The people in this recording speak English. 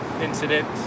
incident